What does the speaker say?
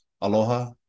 Aloha